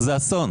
זה אסון